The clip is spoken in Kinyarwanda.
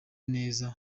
neza